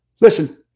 Listen